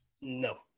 No